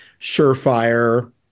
surefire